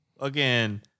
again